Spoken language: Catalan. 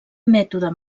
mètode